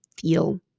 feel